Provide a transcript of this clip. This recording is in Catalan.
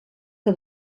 que